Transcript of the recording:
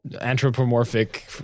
anthropomorphic